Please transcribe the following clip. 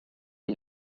est